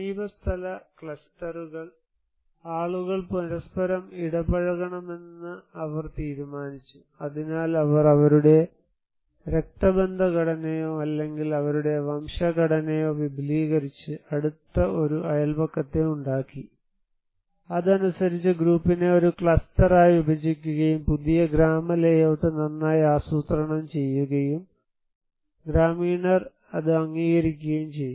സമീപസ്ഥല ക്ലസ്റ്ററുകൾ ആളുകൾ പരസ്പരം ഇടപഴകണമെന്ന് അവർ തീരുമാനിച്ചു അതിനാൽ അവർ അവരുടെ രക്തബന്ധ ഘടനയോ അല്ലെങ്കിൽ അവരുടെ വംശഘടനയോ വിപുലീകരിച്ച് അടുത്ത ഒരു അയൽപക്കത്തെ ഉണ്ടാക്കി അതനുസരിച്ച് ഗ്രൂപ്പിനെ ഒരു ക്ലസ്റ്ററായി വിഭജിക്കുകയും പുതിയ ഗ്രാമ ലേയൌട്ട് നന്നായി ആസൂത്രണം ചെയ്യുകയും ഗ്രാമീണർ അംഗീകരിക്കുകയും ചെയ്യുന്നു